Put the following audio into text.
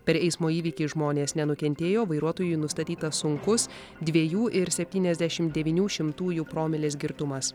per eismo įvykį žmonės nenukentėjo vairuotojui nustatytas sunkus dviejų ir septyniasdešimt devynių šimtųjų promilės girtumas